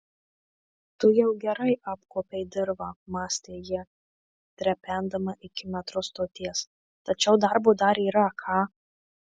tu jau gerai apkuopei dirvą mąstė ji trependama iki metro stoties tačiau darbo dar yra ką